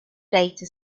data